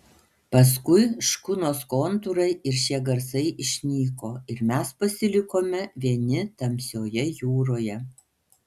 paskui škunos kontūrai ir šie garsai išnyko ir mes pasilikome vieni tamsioje jūroje